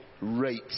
rate